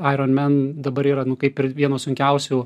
aironmen dabar yra nu kaip ir vienos sunkiausių